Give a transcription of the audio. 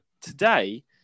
today